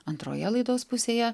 antroje laidos pusėje